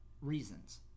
reasons